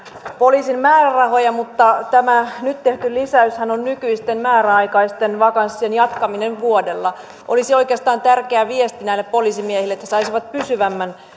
poliisin määrärahoja mutta tämä nyt tehty lisäyshän on nykyisten määräaikaisten vakanssien jatkamiseen vuodella olisi oikeastaan tärkeä viesti näille poliisimiehille että saisivat pysyvämmän